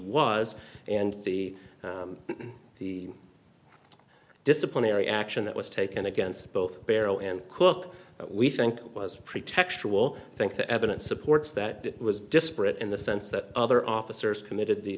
was and the the disciplinary action that was taken against both beryl and cooke we think was pretextual think the evidence supports that it was disparate in the sense that other officers committed the